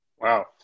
Wow